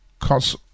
cause